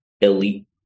elite